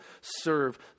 serve